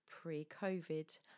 pre-Covid